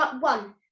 one